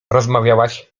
rozmawiałaś